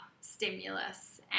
stimulus